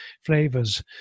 flavors